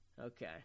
Okay